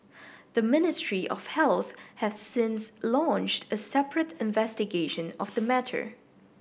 the Ministry of Health has since launched a separate investigation of the matter